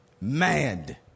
Mad